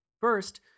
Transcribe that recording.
First